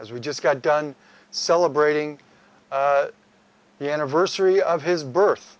as we just got done celebrating the anniversary of his birth